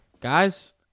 Guys